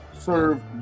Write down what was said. serve